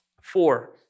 four